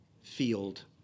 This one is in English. Field